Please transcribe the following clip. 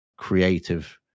creative